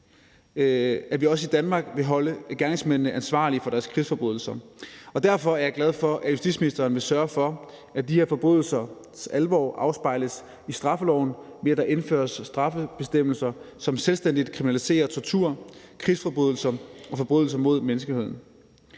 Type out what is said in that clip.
at vi også i Danmark vil holde gerningsmændene ansvarlige for deres krigsforbrydelser. Og derfor er jeg glad for, at justitsministeren vil sørge for, at de her forbrydelsers alvor afspejles i straffeloven, ved at der indføres straffebestemmelser, som selvstændigt kriminaliserer tortur, krigsforbrydelser og forbrydelser mod menneskeheden.